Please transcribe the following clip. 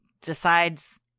decides